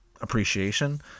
appreciation